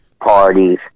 parties